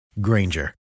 Granger